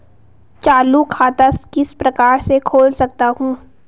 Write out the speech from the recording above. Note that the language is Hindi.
चालू खाता किस प्रकार से खोल सकता हूँ?